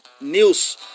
news